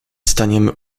staniemy